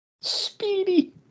Speedy